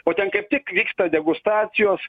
o ten kaip tik vyksta degustacijos